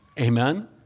Amen